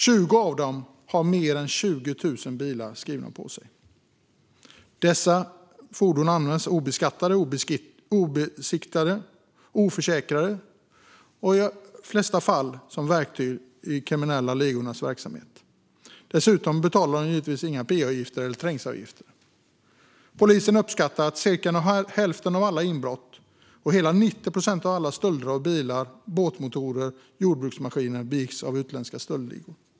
Av dem är det 20 som har mer än 20 000 bilar skrivna på sig. Dessa fordon används obeskattade, obesiktigade och oförsäkrade och i de flesta fall som verktyg i de kriminella ligornas verksamhet. Dessutom betalar de givetvis inga pavgifter eller trängselavgifter. Polisen uppskattar att cirka hälften av alla inbrott och hela 90 procent av alla stölder av bilar, båtmotorer och jordbruksmaskiner begås av utländska stöldligor.